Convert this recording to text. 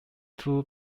two